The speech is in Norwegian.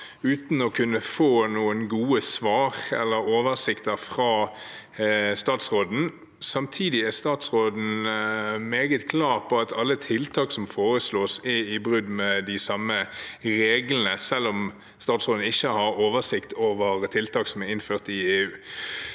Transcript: uten å få noen gode svar eller oversikter fra statsråden. Samtidig er statsråden meget klar på at alle tiltak som foreslås, er i brudd med de samme reglene, selv om statsråden ikke har oversikt over tiltak som er innført i EU.